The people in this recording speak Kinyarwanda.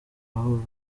aho